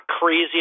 crazy